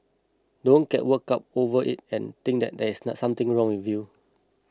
don't get worked up over it and think that there is something wrong with you